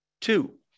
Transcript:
two